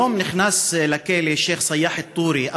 היום נכנס לכלא שייח' סיאח א-טורי,